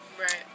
right